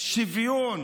שוויון